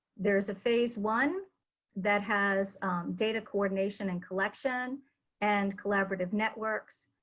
there's a phase one that has data coordination and collection and collaborative networks.